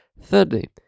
Thirdly